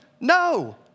no